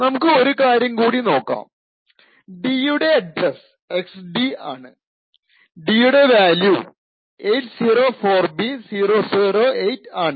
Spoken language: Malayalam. നമുക്ക് ഒരു കാര്യം കൂടി നോക്കാം d യുടെ അഡ്രസ്സ് xd ആണ് d യുടെ വാല്യൂ 804b008 ആണ്